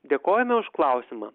dėkojame už klausimą